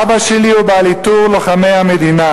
אבא שלי הוא בעל עיטור לוחמי המדינה,